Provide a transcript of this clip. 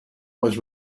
was